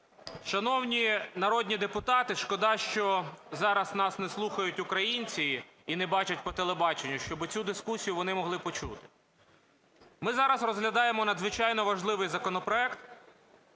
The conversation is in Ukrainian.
Шановні народні депутати, шкода, що зараз нас не слухають українці і не бачать по телебаченню, щоби цю дискусію вони могли почути. Ми зараз розглядаємо надзвичайно важливий законопроект,